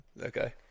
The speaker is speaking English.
Okay